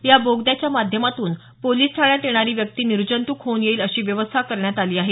या बोगद्याच्या माध्यमातूनच पोलीस ठाण्यात येणारी व्यक्ती निर्जंतुक होऊन येईल अशी व्यवस्था करण्यात आली आहे